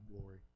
glory